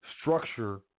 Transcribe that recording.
structure